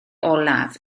olaf